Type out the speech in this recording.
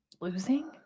losing